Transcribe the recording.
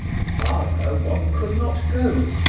farther one could not go.